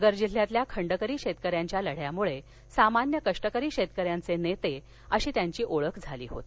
नगर जिल्हातील खंडकरी शेतक यांच्या लढ्यामुळे सामान्य कष्टकरी शेतक यांचे नेते अशी त्यांची ओळख बनली होती